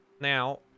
Now